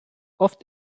oft